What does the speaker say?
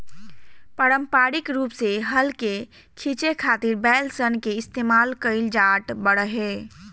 पारम्परिक रूप से हल के खीचे खातिर बैल सन के इस्तेमाल कईल जाट रहे